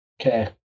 Okay